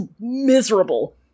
miserable